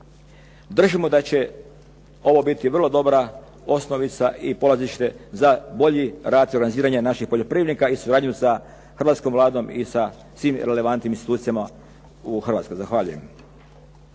Držimo da će ovo biti vrlo dobra osnovica i polazište za bolji rad i organiziranje naših poljoprivrednika i suradnju sa hrvatskom Vladom i sa svim relevantnim institucijama u Hrvatskoj. Zahvaljujem.